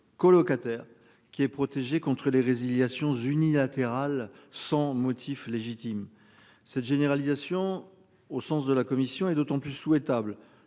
Colocataire qui est protégé contre les résiliation unilatérale sans motif légitime cette généralisation au sens de la commission est d'autant plus souhaitable